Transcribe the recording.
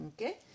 Okay